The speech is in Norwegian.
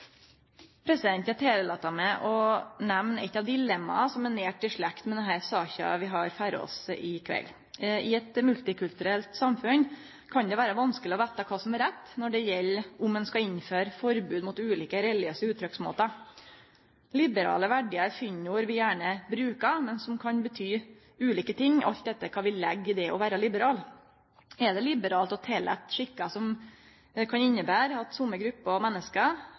Eg tillèt meg å nemne eit av dilemma som er nært i slekt med den saka vi har for oss i kveld. I eit multikulturelt samfunn kan det vere vanskeleg å vite kva som er rett når det gjeld saka om ein skal innføre forbod mot ulike religiøse uttrykksmåtar. «Liberale verdiar» er fyndord vi gjerne bruker, men som kan bety ulike ting, alt etter kva vi legg i det å vere liberal. Er det liberalt å tillate skikkar som kan innebere at somme grupper